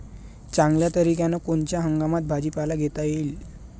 चांगल्या तरीक्यानं कोनच्या हंगामात भाजीपाला घेता येईन?